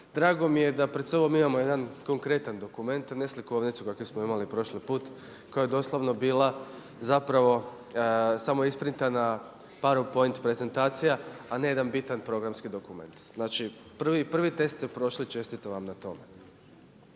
drago mi je da pred sobom imamo jedan konkretan dokument a ne slikovnicu kakvu smo imali prošli put koja je doslovno bila zapravo samo isprintana power point prezentacija a ne jedan bitan programski dokument. Znači, prvi test ste prošli i čestitam vam na tome.